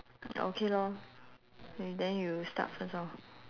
okay lor then you start first orh